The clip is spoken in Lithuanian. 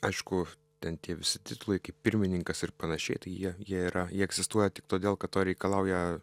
aišku ten tie visi titulai kaip pirmininkas ir panašiai tai jie jie yra jie egzistuoja tik todėl kad to reikalauja